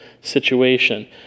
situation